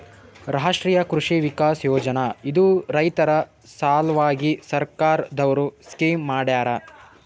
ರಾಷ್ಟ್ರೀಯ ಕೃಷಿ ವಿಕಾಸ್ ಯೋಜನಾ ಇದು ರೈತರ ಸಲ್ವಾಗಿ ಸರ್ಕಾರ್ ದವ್ರು ಸ್ಕೀಮ್ ಮಾಡ್ಯಾರ